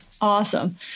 Awesome